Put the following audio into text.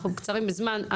אנחנו קצרים בזמן.